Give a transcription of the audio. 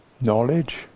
knowledge